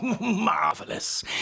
Marvelous